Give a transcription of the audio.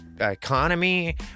Economy